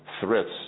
threats